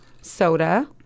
soda